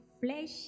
flesh